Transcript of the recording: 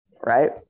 right